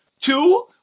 two